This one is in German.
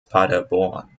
paderborn